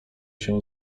się